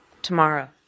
tomorrow